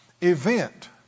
event